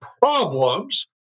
problems